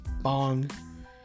bong